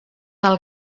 del